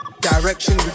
Direction